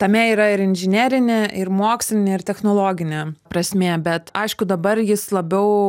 tame yra ir inžinerinė ir mokslinė ir technologinė prasmė bet aišku dabar jis labiau